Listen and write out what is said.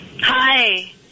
hi